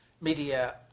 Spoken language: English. media